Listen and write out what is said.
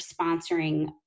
sponsoring